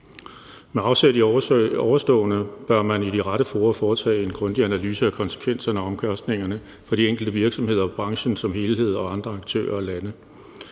Med afsæt i ovenstående bør man i de rette fora foretage en grundig analyse af konsekvenserne og omkostningerne for de enkelte virksomheder og branchen som helhed og andre aktører og lande.